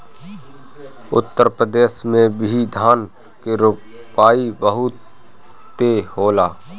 उत्तर प्रदेश में भी धान के रोपाई बहुते होला